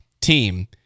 team